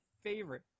favorite